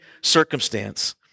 circumstance